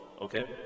Okay